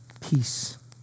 Peace